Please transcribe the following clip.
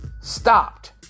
stopped